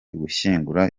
gushyingura